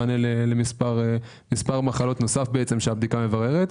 ממוצא עיראקי בנוגע למספר מחלות נוסף שהבדיקה מבררת.